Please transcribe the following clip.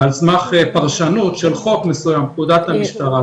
ועל סמך פרשנות של חוק מסוים, פקודת המשטרה.